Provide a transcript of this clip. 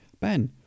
Ben